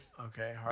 Okay